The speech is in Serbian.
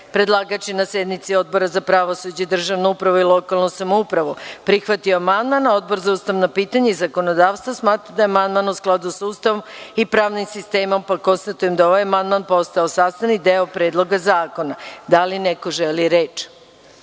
10.Predlagač je na sednici Odbora za pravosuđe, državnu upravu i lokalnu samoupravu prihvatio amandman, a Odbor za ustavna pitanja i zakonodavstvo smatra da je amandman u skladu sa Ustavom i pravnim sistemom, pa konstatujem da je ovaj amandman postavo sastavni deo Predloga zakona. Da li neko želi reč?